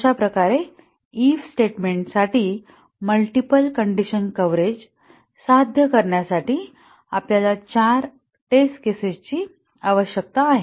अशा प्रकारे इफ स्टेटमेंटसाठी मल्टिपल कंडीशन कव्हरेज साध्य करण्यासाठी आपलयाला चार टेस्ट केसेस ची आवश्यकता आहे